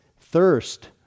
thirst